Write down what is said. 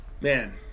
Man